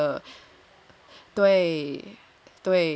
对